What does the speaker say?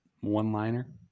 one-liner